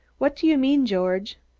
what do you mean, george?